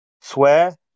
swear